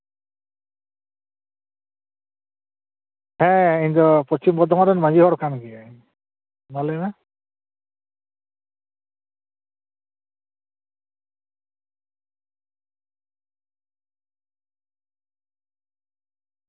ᱦᱮᱸ ᱤᱧ ᱫᱚ ᱯᱚᱥᱪᱷᱤᱢ ᱵᱚᱨᱫᱷᱚᱢᱟᱱ ᱨᱮᱱ ᱢᱟᱺᱡᱷᱤ ᱦᱚᱲ ᱠᱟᱱ ᱜᱤᱭᱟᱹᱧ ᱢᱟ ᱞᱟᱹᱭ ᱢᱮ